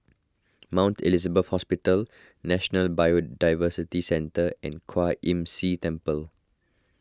Mount Elizabeth Hospital National Biodiversity Centre and Kwan Imm See Temple